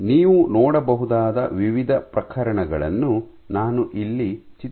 ನೀವು ನೋಡಬಹುದಾದ ವಿವಿಧ ಪ್ರಕರಣಗಳನ್ನು ನಾನು ಇಲ್ಲಿ ಚಿತ್ರಿಸುತ್ತೀನಿ